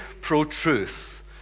pro-truth